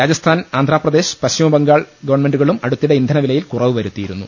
Rajasthan Andhra Pradesh പശ്ചിമബം gall ഗവൺമെന്റുകളും അടുത്തിടെ ഇന്ധനവിലയിൽ കുറവ് വരു ത്തിയിരുന്നു